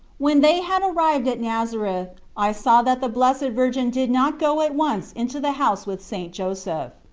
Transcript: when they had arrived at nazareth i saw that the blessed virgin did not go at once into the house with st. joseph.